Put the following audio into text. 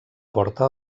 porta